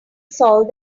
solved